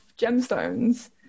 gemstones